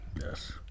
Yes